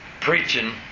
preaching